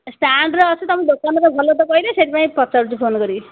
ଷ୍ଟାଣ୍ଡରେ ଅଛି ତୁମ ଦୋକାନ ଭଲ ତ କହିଲେ ସେଥିପାଇଁ ପଚାରୁଛି ଫୋନ୍ କରିକି